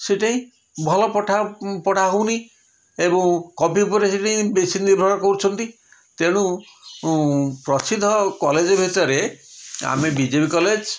ସେଠି ଭଲ ପଠା ଉଁ ପଢ଼ା ହେଉନି ଏବଂ କପି ଉପରେ ସେଠି ବେଶୀ ନିର୍ଭର କରୁଛନ୍ତି ତେଣୁ ପ୍ରସିଦ୍ଧ କଲେଜ୍ ଭିତରେ ଆମ ବି ଜେ ବି କଲେଜ୍